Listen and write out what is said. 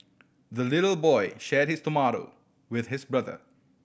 the little boy shared his tomato with his brother